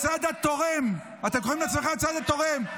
אתם קוראים לעצמכם הצד התורם.